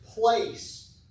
place